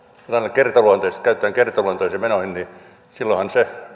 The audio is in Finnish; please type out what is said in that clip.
kertaluonteisia tuloja käytetään kertaluonteisiin menoihin niin silloinhan se